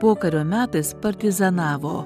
pokario metais partizanavo